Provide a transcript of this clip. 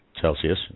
Celsius